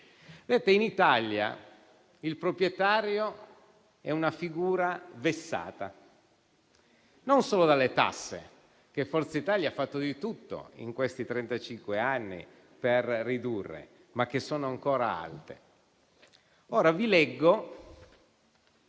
In Italia il proprietario è una figura vessata, non solo dalle tasse che Forza Italia ha fatto di tutto negli ultimi trentacinque anni per ridurre, ma che sono ancora alte. Vi leggo